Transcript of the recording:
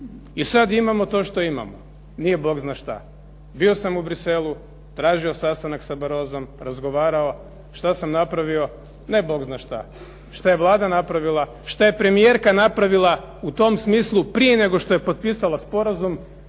I sad imamo to što imamo, nije bog zna šta. Bio sam u Bruxellesu, tražio sastanak sa Barrosom, razgovarao, što sam napravio? Ne bog zna što. Što je Vlada napravila? Što je premijerka napravila u tom smislu prije nego što je potpisala sporazum?